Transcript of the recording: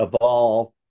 evolve